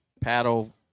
paddle